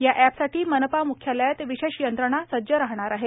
या एपसाठी मनपा मुख्यालयात विशेष यंत्रणा राहणार आहे